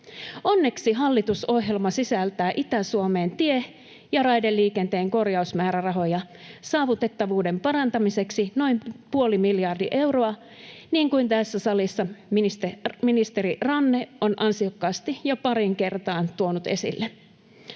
Onneksi hallitusohjelma sisältää Itä-Suomeen tie- ja raideliikenteen korjausmäärärahoja saavutettavuuden parantamiseksi noin puoli miljardia euroa, niin kuin tässä salissa ministeri Ranne on ansiokkaasti jo pariin kertaan tuonut esille.